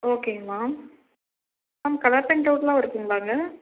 ஓகேங்க ma'am ma'am colour print அவுட்லாகவும் இருக்குதுங்களா இங்கே